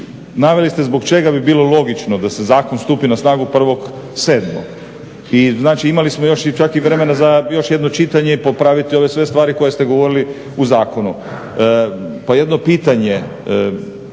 naveli ste zbog čega bi bilo logično da zakon stupi na snagu 1.7.i znači imali smo još vremena za još jedno čitanje i popraviti ove sve stvari koje ste govorili u zakonu. Pa jedno pitanje